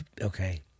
Okay